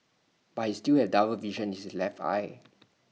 but he still has double vision in his left eye